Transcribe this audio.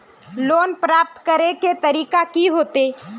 Loan प्राप्त करे के तरीका की होते?